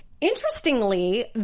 interestingly